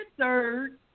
third